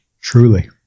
Truly